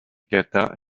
kata